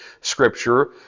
Scripture